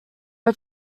are